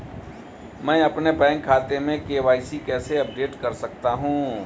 मैं अपने बैंक खाते में के.वाई.सी कैसे अपडेट कर सकता हूँ?